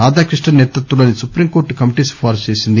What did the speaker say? రాధాకృష్ణన్ నేతృత్వంలోని supreme court committee సిఫార్సు చేసింది